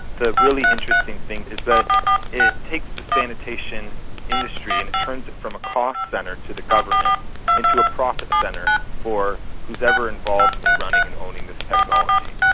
the really interesting thing is that it takes the sanitation industry and it turns it from a cost centre to the government into a profit centre for who's ever involved in running and owning this technology.